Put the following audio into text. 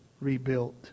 rebuilt